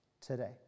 today